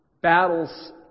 battles